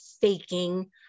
faking